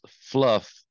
fluff